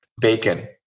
bacon